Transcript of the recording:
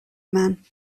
man